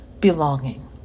belonging